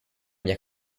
mia